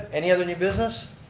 any other new business?